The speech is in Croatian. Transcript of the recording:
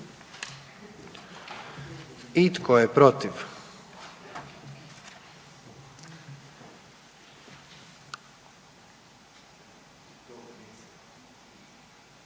I tko je protiv?